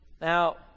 Now